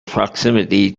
proximity